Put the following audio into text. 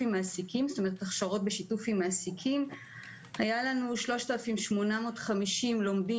בהכשרות בשיתוף עם מעסיקים; היו לנו 3,850 לומדים